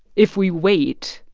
if we wait,